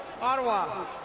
Ottawa